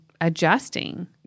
adjusting